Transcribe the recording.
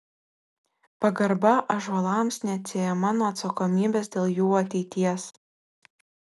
pagarba ąžuolams neatsiejama nuo atsakomybės dėl jų ateities